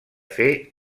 fer